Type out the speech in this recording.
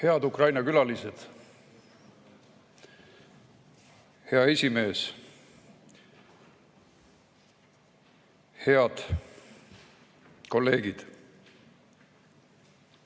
Head Ukraina külalised! Hea esimees! Head kolleegid!